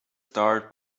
start